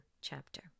chapter